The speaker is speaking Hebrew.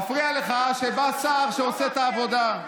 מפריע לך שבא שר שעושה את העבודה.